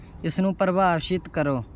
ਇਸ ਨੂੰ ਪਰਿਭਾਸ਼ਿਤ ਕਰੋ